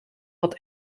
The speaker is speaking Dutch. wat